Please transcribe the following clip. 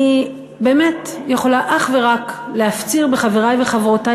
אני באמת יכולה אך ורק להפציר בחברי וחברותי